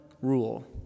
rule